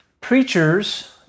preachers